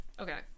Okay